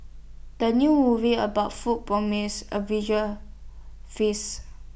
the new movie about food promises A visual feast